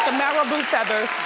marabou feathers.